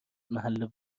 محل